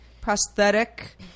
prosthetic